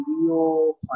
video